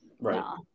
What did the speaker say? right